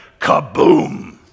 kaboom